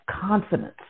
confidence